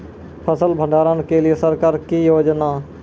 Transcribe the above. फसल भंडारण के लिए सरकार की योजना?